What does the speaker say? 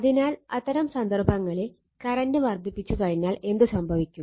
അതിനാൽ അത്തരം സന്ദർഭങ്ങളിൽ കറന്റ് വർദ്ധിപ്പിച്ചുകഴിഞ്ഞാൽ എന്ത് സംഭവിക്കും